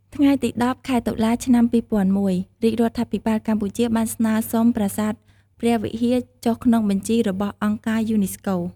ថ្ងៃទី១០ ខែតុលា ឆ្នាំ២០០១ រាជរដ្ឋាភិបាលកម្ពុជាបានស្នើសុំប្រាសាទព្រះវិហារចុះក្នុងបញ្ជីរបស់អង្គការយូនីស្កូ។